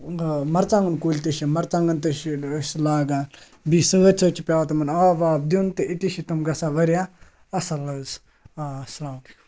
مَرژانٛگَن کُلۍ تہِ چھِ مَرژانٛگَن تہِ چھِ أسۍ لاگان بیٚیہِ سۭتۍ سۭتۍ چھِ پٮ۪وان تِمَن آب واب دیُن تہٕ أتی چھِ تِم گژھان واریاہ اَصٕل حظ اَسَلامُ علیکُم